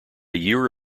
year